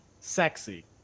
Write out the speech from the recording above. sexy